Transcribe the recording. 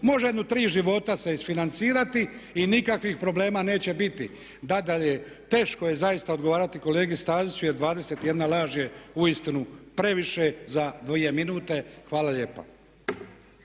može jedno tri života se isfinancirati i nikakvih problema neće biti. Nadalje, teško je zaista odgovarati kolegi Staziću jer 21 laž je uistinu previše za dvije minute. Hvala lijepa.